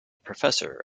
professor